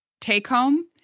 take-home